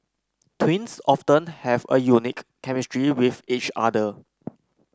twins often have a unique chemistry with each other